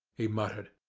he muttered.